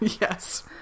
Yes